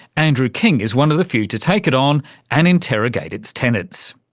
andrew king is one of the few to take it on and interrogate its tenets.